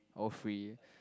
or free